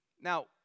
Now